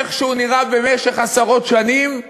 איך שהוא נראה במשך עשרות שנים,